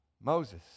Moses